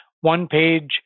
one-page